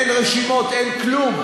אין רשימות, אין כלום.